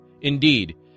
Indeed